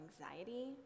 anxiety